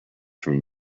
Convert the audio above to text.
from